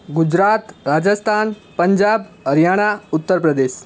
Gujarat Rajasthan Punjab Haryana Uttar Pradesh